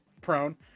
prone